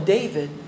David